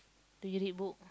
do you read book